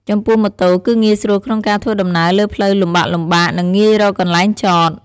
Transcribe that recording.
ចំពោះម៉ូតូ គឺងាយស្រួលក្នុងការធ្វើដំណើរលើផ្លូវលំបាកៗ និងងាយរកកន្លែងចត។